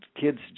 kids